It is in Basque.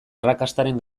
arrakastaren